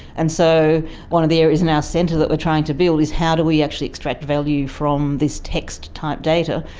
and so one of the areas in our ah centre that we're trying to build is how do we actually extract value from this text-type data.